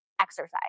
exercise